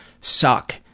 suck